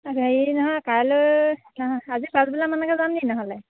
হেৰি নহয় কাইলৈ নহয় আজি পাছবেলা মানেকৈ যাম নেকি নহ'লে